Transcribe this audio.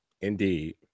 Indeed